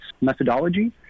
methodology